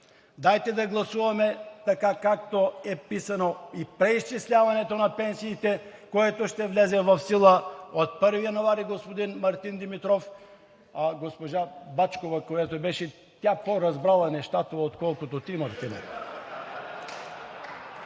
Дайте да гласуваме така, както е написано и преизчисляването на пенсиите, което ще влезе в сила от 1 януари, господин Мартин Димитров. Госпожа Бачкова, която беше, тя по разбрала нещата, отколкото ти, Мартине.